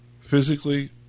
physically